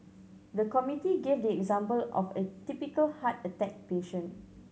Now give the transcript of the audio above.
the committee gave the example of a typical heart attack patient